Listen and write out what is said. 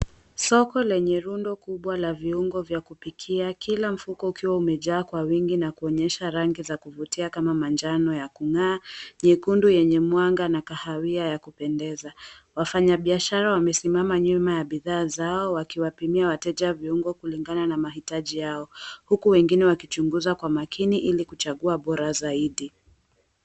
Soko lenye rundo kubwa la viungo vya kupikia kila mfuko ukiwa umejaa kwa wingi ukionyesha rangi za kuvutia kama manjano ya kung'aa, nyekundu yenye mwanga na kahawia ya kupendeza. Wafanyabiashara wamesimama nyuma ya bidhaa zao wakiwapimia viungo wateja kulingana na mahitaji yao huku wengine wakichunguza kwa makini ili kuchagua bora zaidi.